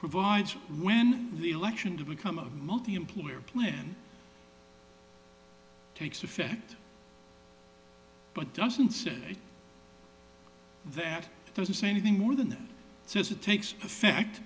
provides when the election to become a multi employer plan takes effect but doesn't say that doesn't say anything more than that since it takes effect